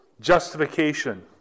justification